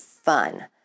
fun